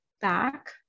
back